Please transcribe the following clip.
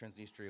Transnistria